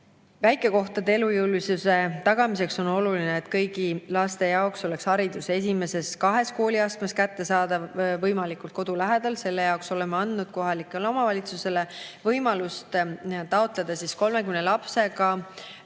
Väikekohtade elujõulisuse tagamiseks on oluline, et kõigi laste jaoks oleks haridus esimeses kahes kooliastmes kättesaadav võimalikult kodu lähedal. Selle jaoks oleme andnud kohalikele omavalitsustele võimaluse taotleda 30 lapsega